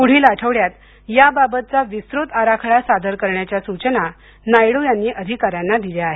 पुढील आठवड्यात या बाबतचा विस्तृत आराखडा सादर करण्याच्या सूचना नायडू यांनी अधिकाऱ्यांना दिल्या आहेत